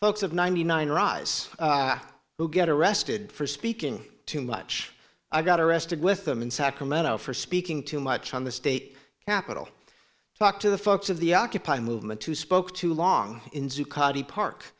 folks of ninety nine arise who get arrested for speaking too much i got arrested with them in sacramento for speaking too much on the state capitol talk to the folks of the occupy movement to spoke too long in